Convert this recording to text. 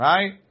Right